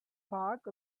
park